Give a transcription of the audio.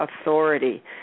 authority